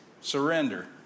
surrender